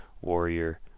Warrior